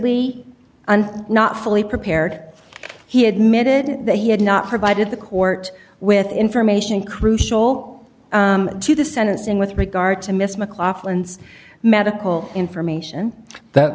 and not fully prepared he admitted that he had not provided the court with information crucial to the sentencing with regard to miss mclachlan's medical information that